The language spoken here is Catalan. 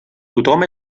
tothom